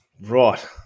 Right